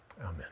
amen